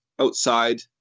outside